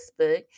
Facebook